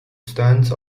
stands